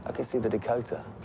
ah can see the dakota.